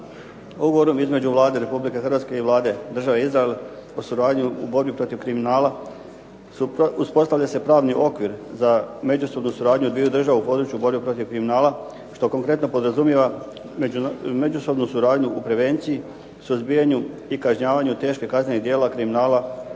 odredbu između Vlade Republike Hrvatske i Vlade Države Izrael uz suradnju u borbi protiv kriminala uspostavlja se pravni okvir za međusobnu suradnju dviju država u području borbe protiv kriminala, što konkretno podrazumijeva međusobnu suradnju u prevenciji, suzbijanju i kažnjavanju teških kaznenih djela kriminala